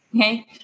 okay